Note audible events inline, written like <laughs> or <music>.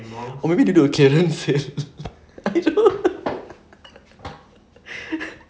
or maybe they do a clearance sale I don't know <laughs>